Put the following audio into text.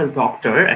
doctor